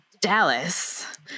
dallas